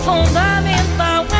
Fundamental